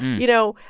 you know,